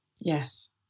Yes